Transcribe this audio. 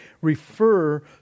refer